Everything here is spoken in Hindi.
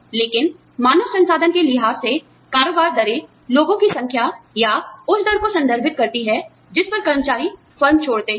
लेकिन मानव संसाधन के लिहाज से कारोबार दरें लोगों की संख्या या उस दर को संदर्भित करती हैं जिस पर कर्मचारी फर्म छोड़ते हैं